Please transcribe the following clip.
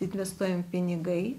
investuojam pinigai